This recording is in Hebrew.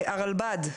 הרלב"ד,